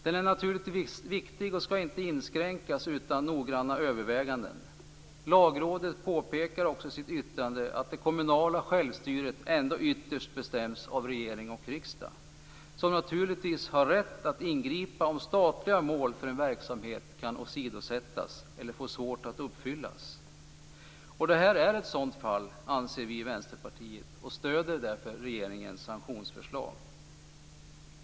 Den är naturligtvis viktig och skall inte inskränkas utan noggranna överväganden. Lagrådet påpekar också i sitt yttrande att det kommunala självstyret ändå ytterst bestäms av regering och riksdag, som naturligtvis har rätt att ingripa om statliga mål för en verksamhet kan åsidosättas eller får svårt att uppfyllas. Vi i Vänsterpartiet anser att detta är ett sådant fall, och vi stöder därför regeringens sanktionsförslag.